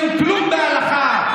לא מבין כלום בהלכה.